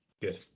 Good